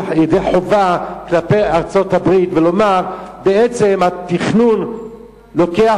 חובה כלפי ארצות-הברית ולומר שבעצם התכנון לוקח